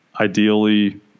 ideally